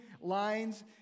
lines